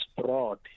broad